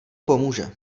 pomůže